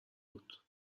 بود